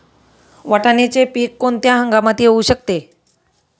वाटाण्याचे पीक कोणत्या हंगामात येऊ शकते?